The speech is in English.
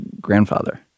grandfather